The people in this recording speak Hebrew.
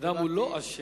אדם הוא לא אשם.